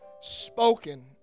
spoken